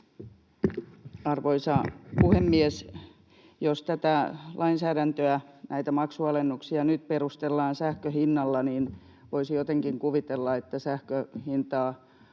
Arvoisa puhemies! Jos tätä lainsäädäntöä, näitä maksualennuksia, nyt perustellaan sähkön hinnalla, niin voisi jotenkin kuvitella, että jos sähkön hintaa